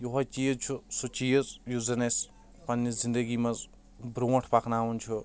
یِہوے چیٖز چھُ سُہ چیٖز یُس زَن اسہِ پَننہِ زندگی منٛز برٛونٛٹھ پَکناوان چھُ